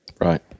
Right